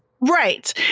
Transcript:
Right